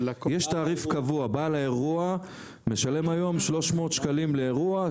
יש תעריף קבוע ובעל האירוע משלם היום 300 שקלים לאירוע.